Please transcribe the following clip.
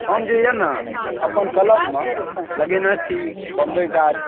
हम जे यऽ न अपन कलममे लगेने छी बम्बइ गाछ